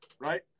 right